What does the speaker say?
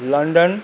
London